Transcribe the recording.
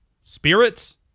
spirits